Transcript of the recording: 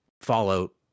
fallout